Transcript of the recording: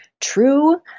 true